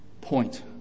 point